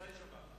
מוצאי-שבת.